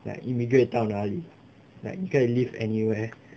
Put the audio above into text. like immigrate 到那里 like 你可以 live anywhere